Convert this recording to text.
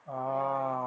ya